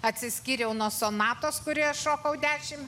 atsiskyriau nuo sonatos kurioje šokau dešimt